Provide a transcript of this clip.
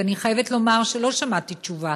ואני חייבת לומר שלא שמעתי תשובה,